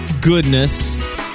goodness